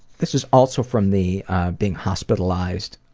this is also from the being hospitalized